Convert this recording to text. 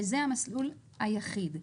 וזה המסלול היחיד.